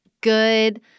good